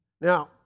Now